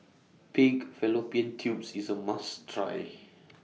Pig Fallopian Tubes IS A must Try